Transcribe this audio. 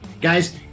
guys